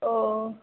ओ